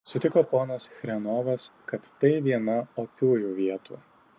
sutiko ponas chrenovas kad tai viena opiųjų vietų